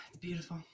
Beautiful